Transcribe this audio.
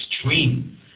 extreme